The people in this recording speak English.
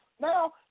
Now